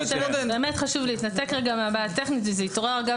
חשוב לי להתנתק כרגע מהבעיה הטכנית שהתעוררה אגב